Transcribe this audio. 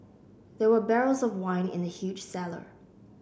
there were barrels of wine in the huge cellar